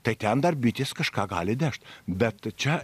tai ten dar bitės kažką gali nešt bet čia